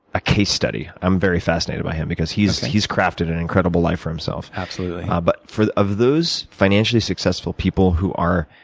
a case study. i'm very fascinated by him because he's he's crafted an incredible life for himself. absolutely. ah but of those financially successful people who are